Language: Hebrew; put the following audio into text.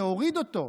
להוריד אותו,